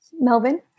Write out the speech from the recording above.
Melvin